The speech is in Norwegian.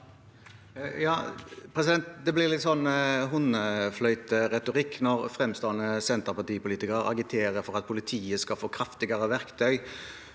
(H) Det blir litt sånn hundefløyteretorikk når fremstående Senterpartipolitikere agiterer for at politiet skal få kraftigere verktøy,